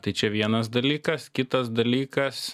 tai čia vienas dalykas kitas dalykas